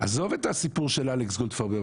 עזוב את הסיפור של אלכס גולדפרב עם